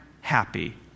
happy